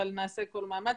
אבל נעשה כל מאמץ.